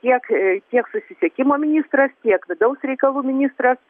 tiek tiek susisiekimo ministras tiek vidaus reikalų ministras